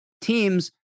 teams